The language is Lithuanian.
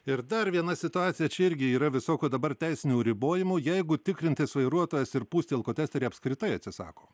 ir dar viena situacija čia irgi yra visokių dabar teisinių ribojimų jeigu tikrintis vairuotojas ir pūsti į alkotesterį apskritai atsisako